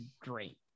great